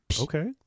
Okay